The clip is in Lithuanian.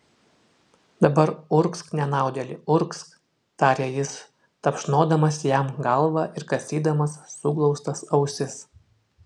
dabar urgzk nenaudėli urgzk tarė jis tapšnodamas jam galvą ir kasydamas suglaustas ausis